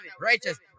righteous